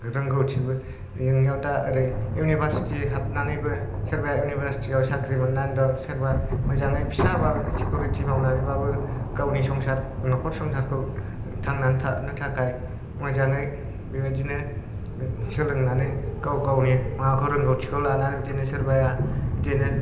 रोंगौथिबो जोंनियाव दा ओरै इउनिभारचिटि हाबनानैबो सोरबाया इउनिभारचिटिआव साख्रि मोननानै दं सोरबा मोदाङै फिसा बाबो सिकुरिटि मावनानै बाबो गावनि संसार नखर संसारखौ थांनानै थानो थाखाय मोजाङै बेबादिनो सोलोंनानै गाव गावनि रोंगौथिखौ लानानै बिदिनो सोरबाया बिदिनो